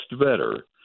BETTER